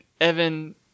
Evan